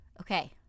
Okay